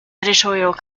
editorial